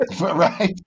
Right